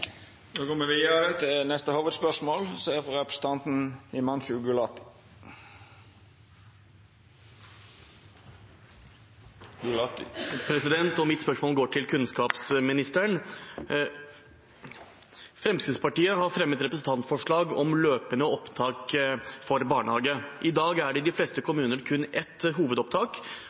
går vidare til neste hovudspørsmål. Mitt spørsmål går til kunnskapsministeren. Fremskrittspartiet har fremmet representantforslag om løpende opptak til barnehage. I dag er det i de fleste kommuner kun ett hovedopptak.